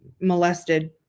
molested